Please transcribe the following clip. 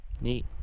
Neat